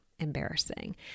embarrassing